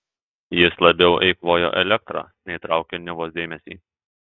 jis labiau eikvojo elektrą nei traukė nivos dėmesį